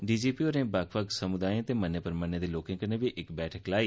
DGP होरें बक्ख बक्ख सम्दायें दे मन्ने परमन्ने दे लोकें कन्नै बी इक मीटिंग लाई